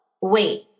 Wait